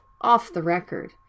off-the-record